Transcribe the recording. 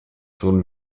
tun